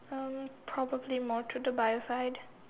um probably more to the Bio side